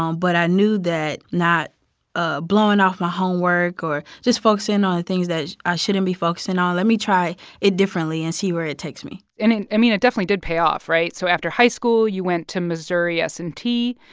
um but i knew that not ah blowing off my homework or just focusing on the things that i shouldn't be focusing on let me try it differently and see where it takes me and i mean, it definitely did pay off, right? so after high school, you went to missouri s and t.